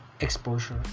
exposure